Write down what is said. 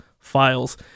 Files